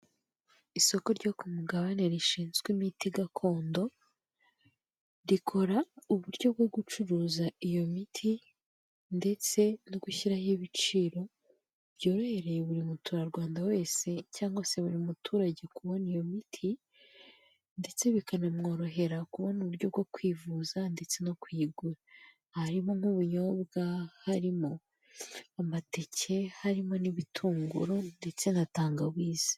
Isoko ryo ku mugabane rishinzwe imiti gakondo, rikora uburyo bwo gucuruza iyo miti, ndetse no gushyiraho ibiciro, byorohereye buri muturarwanda wese, cyangwa se buri muturage kubona iyo miti, ndetse bikanamworohera kubona uburyo bwo kwivuza, ndetse no kuyigura. Harimo nk'ubunyobwa, harimo amateke, harimo n'ibitunguru, ndetse na tangawizi.